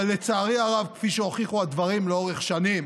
אבל לצערי הרב, כפי שהוכיחו הדברים לאורך שנים,